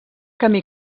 camí